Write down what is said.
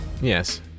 Yes